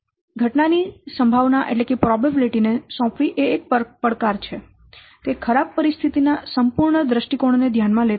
તેથી ઘટના ની સંભાવના ને સોંપવી એ એક પડકાર છે તે ખરાબ પરિસ્થિતિ ના સંપૂર્ણ દૃષ્ટિકોણને ધ્યાનમાં લેતું નથી